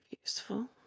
useful